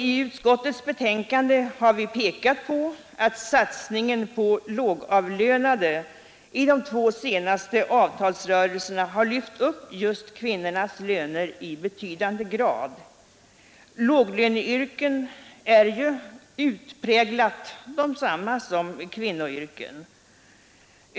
I utskottets betänkande har vi pekat på att satsningen på de lågavlönade i de två senaste avtalsrörelserna har lyft upp just kvinnornas löner i betydande grad. Låglöneyrken är ju utpräglat desamma som kvinnoyrken.